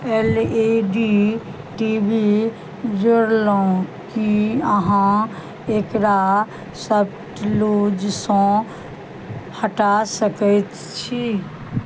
L E D T V जोड़लहुँ की अहाँ एकरा सटलूजसँ हटा सकैत छी